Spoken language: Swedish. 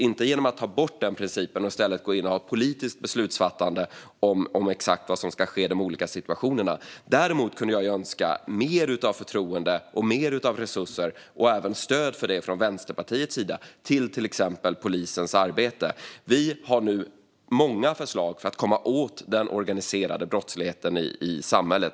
Vi ska inte ta bort den principen för att i stället gå in och ha ett politiskt beslutsfattande angående exakt vad som ska ske i de olika situationerna. Däremot kunde jag önska mer av förtroende, resurser och även stöd för detta från Vänsterpartiets sida, till exempel till polisens arbete. Vi har nu många förslag för att komma åt den organiserade brottsligheten i samhället.